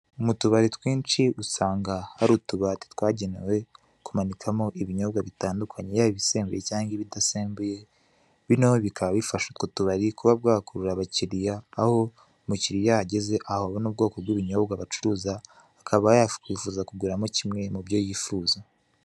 Mu tubari twinshi usanga hari utubati twagenewe kumanikamo ibinyobwa bitandukanye, yaba ibisembuye n'ibidasembuye, bino bikaba bifasha utwo utubari kuba bwakurura abakiliya, aho umukiliya iyo ahageze ahabona ubwoko bw'ibinyobwa bacuruza akaba yakwifuza kuguramo kimwe mu byo yifuza.